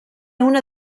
una